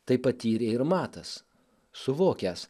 tai patyrė ir matas suvokęs